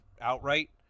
outright